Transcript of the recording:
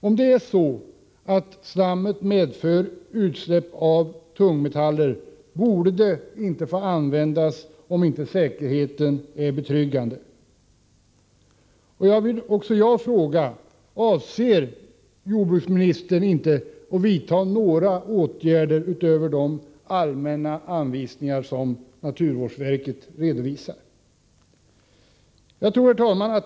Om slammet medför utsläpp av tungmetaller borde det inte få användas om inte säkerheten är betryggande. Också jag vill därför fråga: Avser inte jordbruksministern att vidta några åtgärder utöver de allmänna anvisningar som naturvårdsverket redovisar? Herr talman!